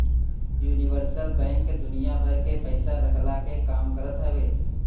universal bank दुनिया भर के पईसा रखला के काम करत हवे